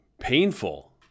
painful